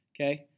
Okay